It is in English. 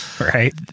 Right